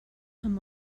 amb